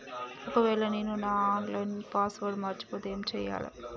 ఒకవేళ నేను నా ఆన్ లైన్ పాస్వర్డ్ మర్చిపోతే ఏం చేయాలే?